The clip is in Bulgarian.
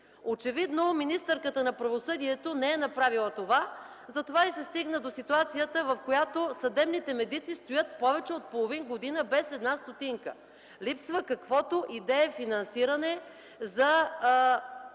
Очевидно министърката на правосъдието не е направила това. Затова и се стигна до ситуацията, в която съдебните медици стоят повече от половин година без една стотинка. Липсва каквото и да е финансиране за